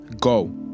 go